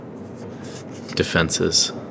defense's